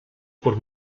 por